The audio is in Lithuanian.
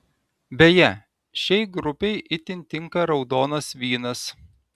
beje šiai grupei itin tinka raudonas vynas